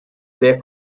terres